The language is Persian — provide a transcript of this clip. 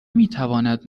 میتواند